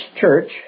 church